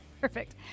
Perfect